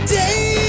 day